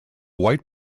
white